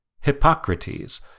Hippocrates